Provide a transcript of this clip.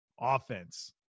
offense